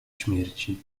śmierci